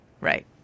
Right